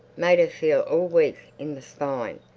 made her feel all weak in the spine.